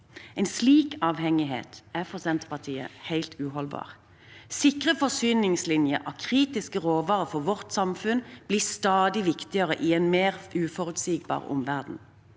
En slik avhengighet er for Senterpartiet helt uholdbar. Sikre forsyningslinjer av kritiske råvarer for vårt samfunn blir stadig viktigere i en mer uforutsigbar omverden.